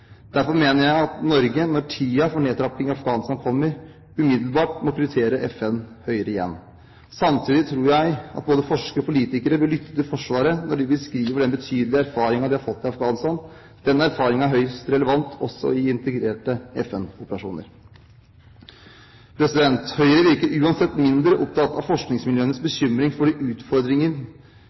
Derfor mener jeg at Norge, når tiden for nedtrapping i Afghanistan kommer, umiddelbart må prioritere FN høyere igjen. Samtidig tror jeg at både forskere og politikere bør lytte til Forsvaret når de beskriver den betydelige erfaringen de har fått i Afghanistan. Den erfaringen er høyst relevant også i integrerte FN-operasjoner. Høyre virker uansett mindre opptatt av forskningsmiljøenes bekymring for de utfordringene